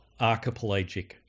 archipelagic